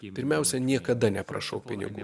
pirmiausia niekada neprašau pinigų